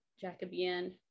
Jacobean